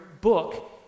book